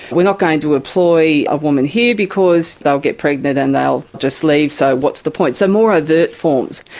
we're not going to employ a woman here because they'll get pregnant and they'll just leave, so what's the point? so, more overt forms,